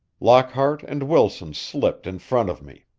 lockhart and wilson slipped in front of me.